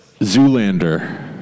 Zoolander